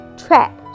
trap